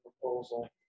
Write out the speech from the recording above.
proposal